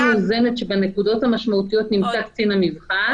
מאוזנת שבנקודות המשמעותיות נמצא קצין המבחן.